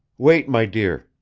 wait, my dear,